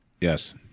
Yes